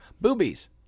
boobies